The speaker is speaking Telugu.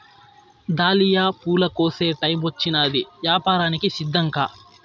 దాలియా పూల కోసే టైమొచ్చినాది, యాపారానికి సిద్ధంకా